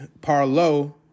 Parlo